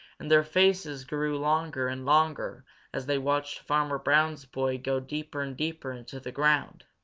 and their faces grew longer and longer as they watched farmer brown's boy go deeper and deeper into the ground.